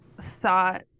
thought